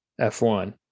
F1